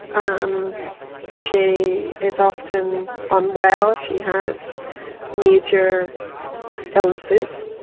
um she is often unwell, she has major illnesses